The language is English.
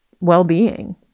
well-being